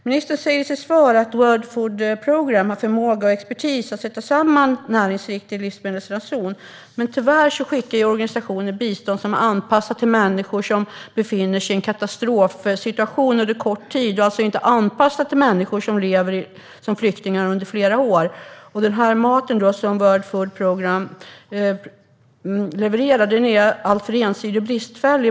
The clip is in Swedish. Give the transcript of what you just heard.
Ministern säger i sitt svar att World Food Programme har förmåga och expertis att sätta samman näringsriktiga livsmedelsransoner. Men tyvärr skickar organisationen bistånd som är anpassat till människor som befinner sig i en katastrofsituation under en kort tid. Det är alltså inte anpassat till människor som lever som flyktingar under flera år. Den mat som World Food Programme levererar är alltför ensidig och bristfällig.